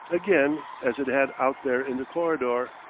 again, as it had out there in the corridor.